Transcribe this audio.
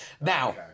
Now